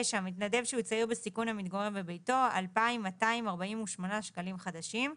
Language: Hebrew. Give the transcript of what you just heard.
מתנדב שהוא צעיר בסיכון המתגורר בביתו - 2,248 שקלים חדשים.